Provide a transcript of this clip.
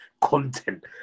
content